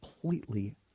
completely